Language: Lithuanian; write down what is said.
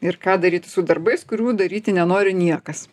ir ką daryt su darbais kurių daryti nenori niekas